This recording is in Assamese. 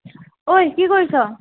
ঐ কি কৰিছ